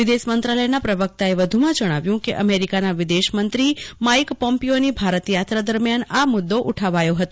વિદેશ મંત્રાલયના પ્રવક્તાએ વધુમાં જજ્ઞાવ્યું કે અમેરિકાના વિદેશ્રમંત્રી માઇક પોમ્પિયોની ભારત યાત્રા દરમિયાન આ મુદ્દો ઉદવો હતો